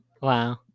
Wow